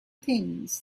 things